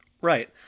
Right